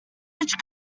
rich